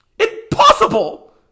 Impossible